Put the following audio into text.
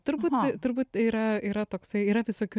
turbūt turbūt yra yra toksai yra visokių